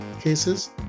cases